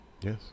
Yes